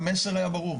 המסר היה ברור.